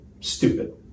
stupid